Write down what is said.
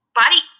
body